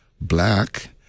black